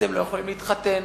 אתם לא יכולים להתחתן.